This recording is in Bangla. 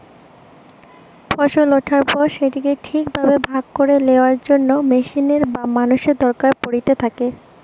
ফসল ওঠার পর সেটিকে ঠিক ভাবে ভাগ করে লেয়ার জন্য মেশিনের বা মানুষের দরকার পড়িতে থাকে